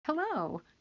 Hello